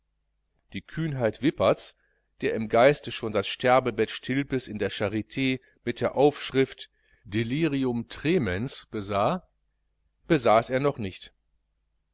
die kühnheit wipperts der im geiste schon das sterbebett stilpes in der charit mit der aufschrift del trem sah besaß er doch nicht